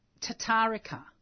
tatarica